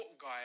guy